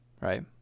right